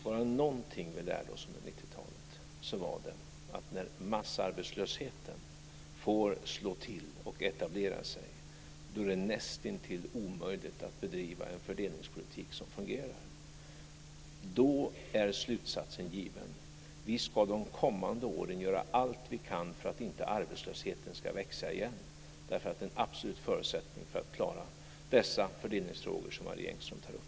Var det någonting vi lärde oss under 90-talet var det att när massarbetslösheten får slå till och etablera sig är det nästintill omöjligt att bedriva en fördelningspolitik som fungerar. Då är slutsatsen given. Vi ska de kommande åren göra allt vi kan för att inte arbetslösheten ska växa igen. Det är en absolut förutsättning för att klara de fördelningsfrågor som Marie Engström tar upp.